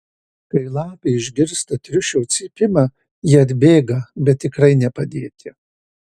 kai lapė išgirsta triušio cypimą ji atbėga bet tikrai ne padėti